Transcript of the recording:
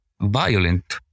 violent